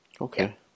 Okay